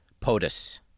POTUS